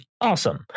awesome